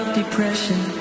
depression